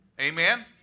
Amen